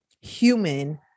human